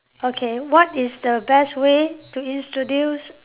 okay what is the best way to introduce